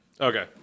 Okay